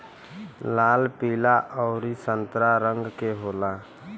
लाल पीला अउरी संतरा रंग के होला